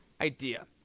idea